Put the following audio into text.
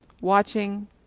watching